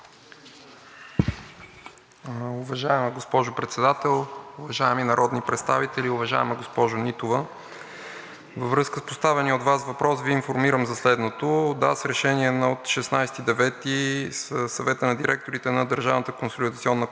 Уважаема госпожо Председател, уважаеми народни представители, уважаема госпожо Нитова! Във връзка с поставения от Вас въпрос Ви информирам за следното. Да, с решение от 16 септември 2022 г. Съветът на директорите на